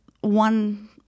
one